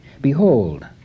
Behold